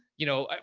you know,